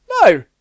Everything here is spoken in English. No